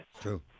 True